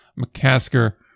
McCasker